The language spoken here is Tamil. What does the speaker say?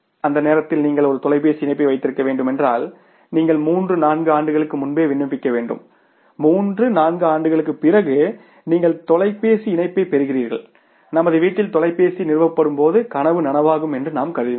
அந்த நேரத்தில் நீங்கள் ஒரு தொலைபேசி இணைப்பு வைத்திருக்க வேண்டும் என்றால் நீங்கள் மூன்று நான்கு ஆண்டுகளுக்கு முன்பே விண்ணப்பிக்க வேண்டும் மூன்று நான்கு ஆண்டுகளுக்குப் பிறகு நீங்கள் தொலைபேசி இணைப்பைப் பெறுகிறீர்கள் நமது வீட்டில் தொலைபேசி நிறுவப்படும்போது கனவு நனவாகும் என்று நாம் கருதினோம்